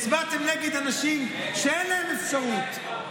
הצבעתם נגד אנשים שאין להם אפשרות.